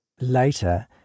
Later